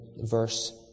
verse